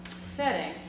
setting